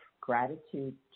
gratitude